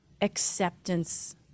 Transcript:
acceptance